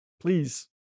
Please